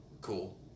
Cool